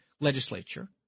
legislature